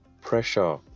pressure